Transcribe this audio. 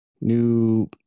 new